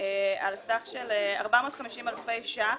בסך 450 אלפי ש"ח,